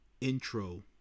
intro